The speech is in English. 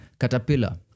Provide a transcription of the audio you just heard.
Caterpillar